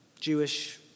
Jewish